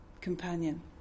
companion